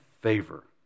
favor